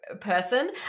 person